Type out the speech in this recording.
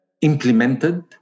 implemented